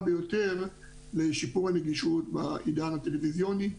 ביותר לשיפור הנגישות בעידן הטלוויזיוני,